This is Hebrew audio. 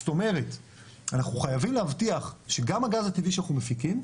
זאת אומרת אנחנו חייבים להבטיח שגם הגז הטבעי שאנחנו מפיקים,